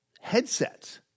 headsets